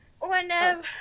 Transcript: Whenever